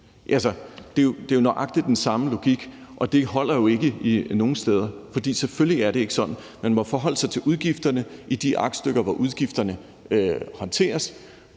det er jo nøjagtig den samme logik, og det holder jo ikke nogen steder, for selvfølgelig er det ikke sådan. Man må forholde sig til udgifterne i de aktstykker, hvor udgifterne håndteres.